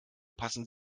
passen